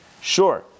Sure